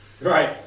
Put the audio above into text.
right